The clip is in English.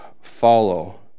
follow